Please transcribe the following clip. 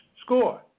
score